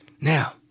Now